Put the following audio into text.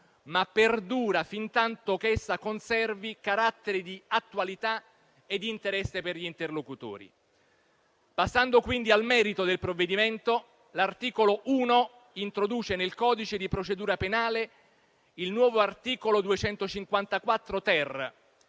ma perdura fintanto che essa conservi caratteri di attualità e interesse per gli interlocutori. Passando quindi al merito del provvedimento, l'articolo 1 introduce nel codice di procedura penale il nuovo articolo 254-*ter*,